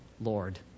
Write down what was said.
Lord